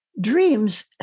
Dreams